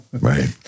right